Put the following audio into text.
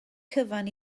cyfan